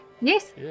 Yes